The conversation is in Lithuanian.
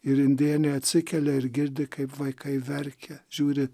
ir indėnė atsikelia ir girdi kaip vaikai verkia žiūri